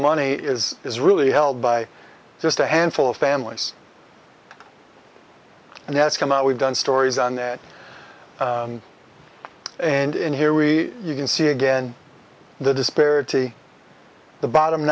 money is is really held by just a handful of families and that's come out we've done stories on that and here we you can see again the disparity the bottom